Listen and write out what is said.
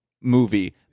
movie